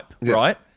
right